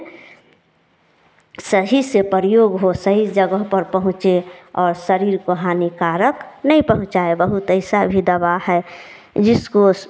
सही से प्रयोग हो सही जगह पर पहुँचे और शरीर को हानिकारक न पहुँचाए बहुत ऐसा भी दवा है जिसको